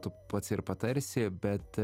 tu pats ir patarsi bet